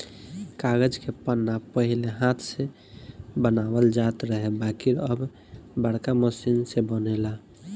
कागज के पन्ना पहिले हाथ से बनावल जात रहे बाकिर अब बाड़का मशीन से बनेला